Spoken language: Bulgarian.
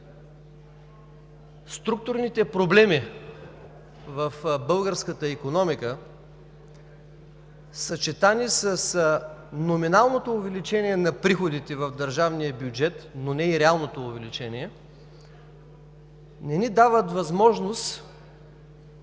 структурните проблеми в българската икономика, съчетани с номиналното увеличение на приходите в държавния бюджет, но не и реалното увеличение, не дават възможност